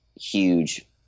huge –